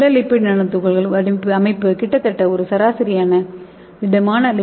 திட lipid nano துகள் அமைப்பு கிட்டத்தட்ட ஒரு சரியான திடமாna